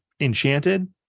enchanted